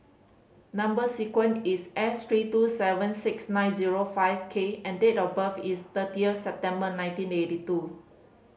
number sequence is S three two seven six nine zero five K and date of birth is thirtieth September nineteen eighty two